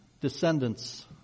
descendants